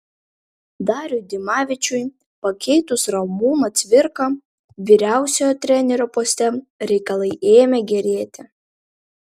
dariui dimavičiui pakeitus ramūną cvirką vyriausiojo trenerio poste reikalai ėmė gerėti